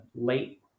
late